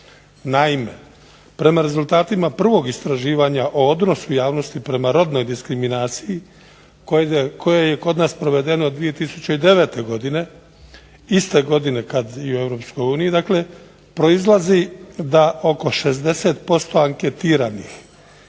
Naime, prema rezultatima prvog istraživanja o odnosu javnosti prema rodnoj diskriminaciji koje je kod nas provedeno 2009. godine iste godine kada i u EU proizlazi da oko 60% anketiranih